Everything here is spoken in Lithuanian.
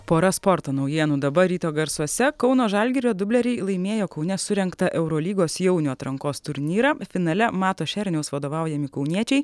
pora sporto naujienų dabar ryto garsuose kauno žalgirio dubleriai laimėjo kaune surengtą eurolygos jaunių atrankos turnyrą finale mato šerniaus vadovaujami kauniečiai